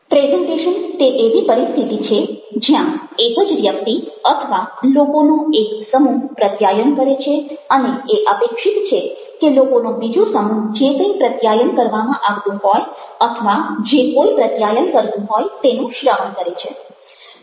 presentation તે એવી પરિસ્થિતિ છે જ્યાં એક જ વ્યક્તિ અથવા લોકોનો એક સમૂહ પ્રત્યાયન કરે છે અને એ અપેક્ષિત છે કે લોકોનો બીજો સમુહ જે કંઈ પ્રત્યાયન કરવામાં આવતું હોય અથવા જે કોઈ પ્રત્યાયન કરતું હોય તેનું શ્રવણ કરે છે